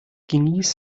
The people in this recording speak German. genießen